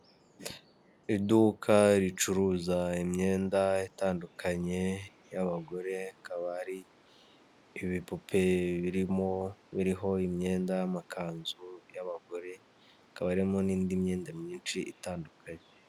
Iduka ricuruza imyenda itandukanye y'abagore, Hakaba hari ibipupe biriho imyenda y'amakanzu y'abagore, hakaba harimo n'indi myenda myinshi itandukanye.